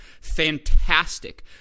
Fantastic